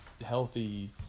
healthy